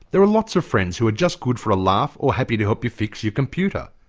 there are lots of friends who are just good for a laugh, or happy to help you fix your computer.